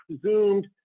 presumed